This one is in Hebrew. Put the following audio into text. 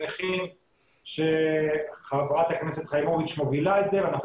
שמחים שחברת הכנסת חיימוביץ' מובילה את זה ואנחנו